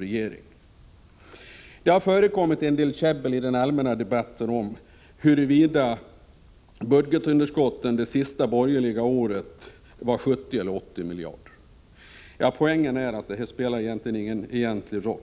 regering. Det har i den allmänna debatten förekommit en del käbbel om huruvida budgetunderskottet under det sista borgerliga året var 70 eller 80 miljarder. Poängen är att detta inte spelar någon egentlig roll.